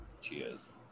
Cheers